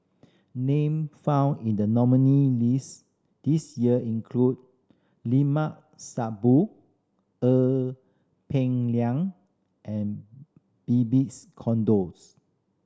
name found in the nominee list this year include Limat Sabtu Ee Peng Liang and Babes Conde